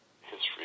history